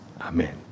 Amen